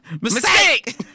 mistake